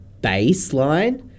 baseline